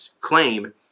claim